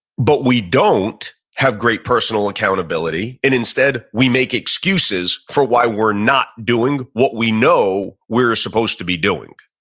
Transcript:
but we don't have great personal accountability, and instead we make excuses for why we're not doing what we know we're supposed to be doing.